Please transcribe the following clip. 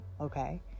okay